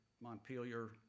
Montpelier